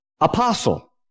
apostle